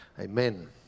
Amen